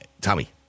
Tommy